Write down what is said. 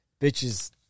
Bitches